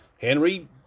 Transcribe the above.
Henry